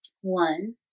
One